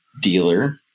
dealer